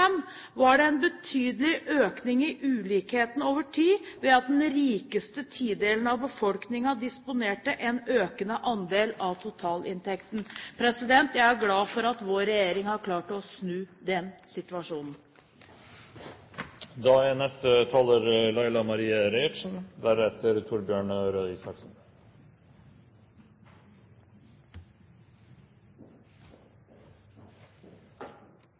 2001–2005, var det derimot en betydelig økning i ulikheten over tid, ved at den rikeste tidelen av befolkningen disponerte en økende andel av totalinntekten.» Jeg er glad for at vår regjering har klart å snu den situasjonen. Eg håpar jo at det er